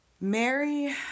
Mary